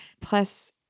plus